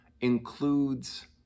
includes